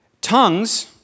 Tongues